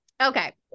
Okay